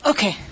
Okay